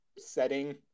setting